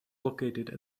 located